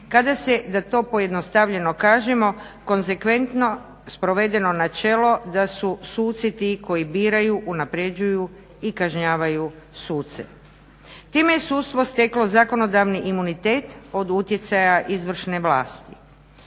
kada se da to pojednostavljeno kažemo konzekventno sprovedeno načelo da su suci ti koji biraju, unapređuju i kažnjavaju suce. Time je sudstvo steklo zakonodavni imunitet od utjecaja izvršne vlasti.